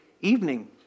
evening